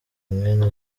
mwene